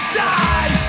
die